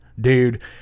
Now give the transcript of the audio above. dude